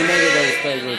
מי נגד ההסתייגות?